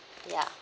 ya